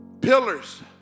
pillars